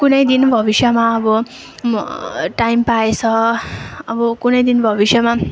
कुनै दिन भविष्यमा अब म टाइम पाएछ अब कुनै दिन भविष्यमा